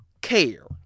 care